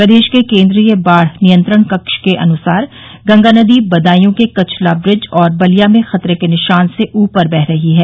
प्रदेश के केन्द्रीय बाढ़ नियंत्रण कक्ष के अनुसार गंगा नदी बदायूं के कछला ब्रिज और बलिया में खतरे के निशान से ऊपर बह रही है